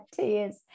tears